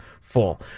full